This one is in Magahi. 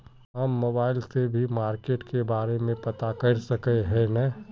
हम मोबाईल से भी मार्केट के बारे में पता कर सके है नय?